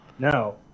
Now